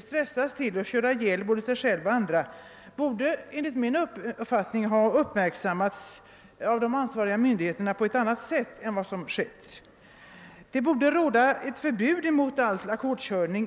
stressas till att köra ihjäl både sig själva och andra borde enligt min mening ha uppmärksammats av de ansvariga myndigheterna på ett helt annat sätt än som skett. Det borde råda förbud mot all ackordskörning.